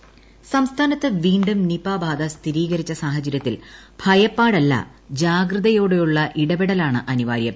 Nipah intro സംസ്ഥാനത്ത് വീണ്ടും തിപ ബാധ സ്ഥിരീകരിച്ച സാഹചര്യത്തിൽ ഭയപ്പാടല്ല ജാഗ്രതയോടെയുള്ള ഇടപെടലാണ് അനിവാര്യം